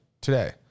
today